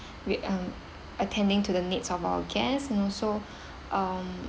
we mm attending to the needs of our guest and also um